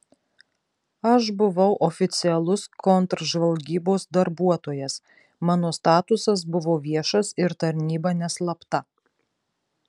aš buvau oficialus kontržvalgybos darbuotojas mano statusas buvo viešas ir tarnyba neslapta